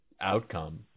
outcome